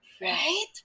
right